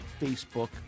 Facebook